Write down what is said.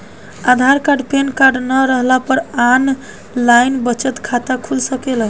आधार card PAN card न रहला पर आन लाइन बचत खाता खुल सकेला का?